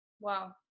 Wow